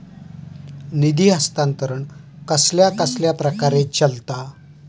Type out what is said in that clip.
निधी हस्तांतरण कसल्या कसल्या प्रकारे चलता?